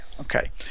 okay